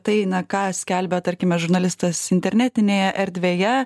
tai ką skelbia tarkime žurnalistas internetinėje erdvėje